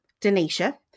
Denisha